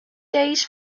days